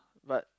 but